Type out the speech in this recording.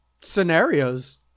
scenarios